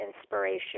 inspiration